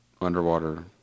underwater